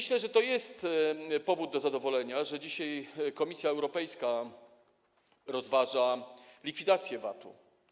Sądzę, że to jest powód do zadowolenia, że dzisiaj Komisja Europejska rozważa likwidację VAT-u.